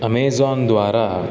Amazon द्वारा